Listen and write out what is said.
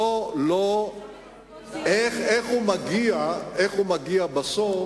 איך הוא מגיע בסוף